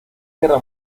guerra